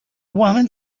woman